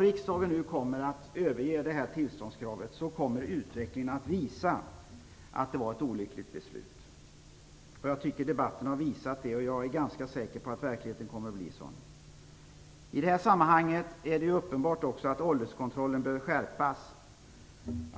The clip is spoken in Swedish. riksdagen nu beslutar att överge detta tillståndskrav är jag ganska säker på att utvecklingen kommer att visa att det var ett olyckligt beslut. Jag tycker att debatten har visat det, och jag är ganska säker på att verkligheten kommer att visa det. Det är också uppenbart att ålderskontrollen behöver skärpas.